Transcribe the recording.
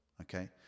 okay